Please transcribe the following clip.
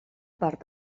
part